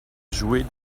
jouer